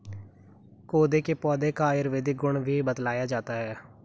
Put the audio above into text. कोदो के पौधे का आयुर्वेदिक गुण भी बतलाया जाता है